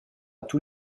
tous